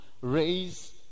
raise